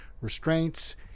restraints